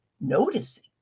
noticing